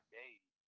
days